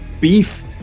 beef